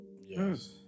Yes